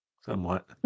Somewhat